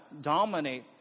dominate